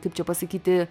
kaip čia pasakyti